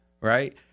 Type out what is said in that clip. right